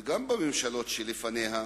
וגם בממשלות שלפניה,